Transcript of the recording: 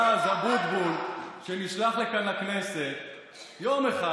(חבר הכנסת משה אבוטבול יוצא מאולם